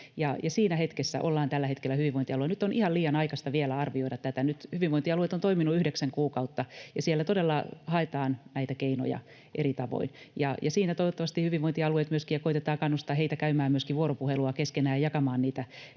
siinä hetkessä ollaan tällä hetkellä hyvinvointialueilla. Nyt on ihan liian aikaista vielä arvioida tätä. Nyt hyvinvointialueet ovat toimineet yhdeksän kuukautta, ja siellä todella haetaan näitä keinoja eri tavoin. Siinä toivottavasti hyvinvointialueet myöskin käyvät ja koetetaan kannustaa heitä käymään vuoropuhelua keskenään ja jakamaan hyviä